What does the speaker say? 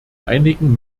einigen